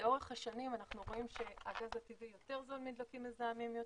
לאורך השנים אנחנו רואים שהגז הטבעי יותר זול מדלקים מזהמים יותר.